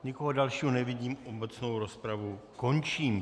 Nikoho dalšího nevidím, obecnou rozpravu končím.